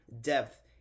depth